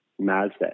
Mazda